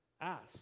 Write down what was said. Ask